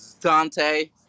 Dante